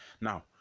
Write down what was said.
now